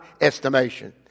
estimation